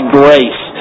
grace